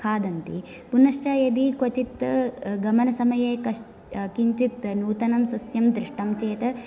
खादन्ति पुनश्च यदि क्वचित् गमनसमये कश् किञ्चित् नूतनं सस्यं दृष्टं चेत्